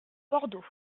bordeaux